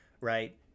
right